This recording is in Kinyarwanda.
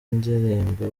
ndirimbo